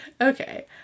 Okay